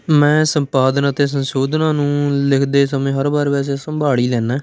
ਮੈਂ ਸੰਪਾਦਨ ਅਤੇ ਸੰਸ਼ੋਧਨਾ ਨੂੰ ਲਿਖਦੇ ਸਮੇਂ ਹਰ ਵਾਰ ਵੈਸੇ ਸੰਭਾਲ ਹੀ ਲੈਨਾ